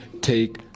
take